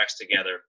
together